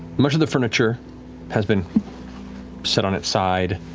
much of the furniture has been set on its side,